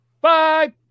bye